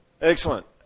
excellent